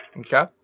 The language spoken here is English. okay